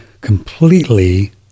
completely